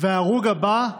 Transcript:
וההרוג הבא,